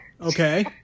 okay